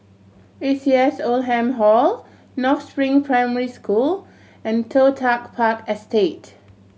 A C S Oldham Hall North Spring Primary School and Toh Tuck Park Estate